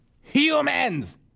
humans